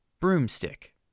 broomstick